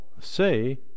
say